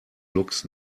looks